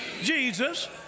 Jesus